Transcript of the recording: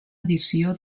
edició